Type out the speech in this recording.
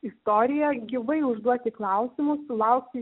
istoriją gyvai užduoti klausimus sulaukti